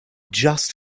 just